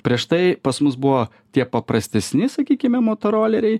prieš tai pas mus buvo tie paprastesni sakykime motoroleriai